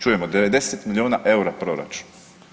Čujemo, 90 milijuna eura proračun.